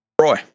Roy